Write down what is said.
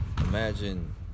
Imagine